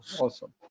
Awesome